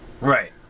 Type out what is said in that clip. right